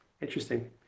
Interesting